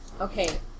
Okay